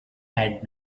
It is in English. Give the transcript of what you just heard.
had